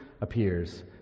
appears